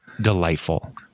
delightful